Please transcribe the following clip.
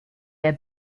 der